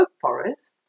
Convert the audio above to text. forests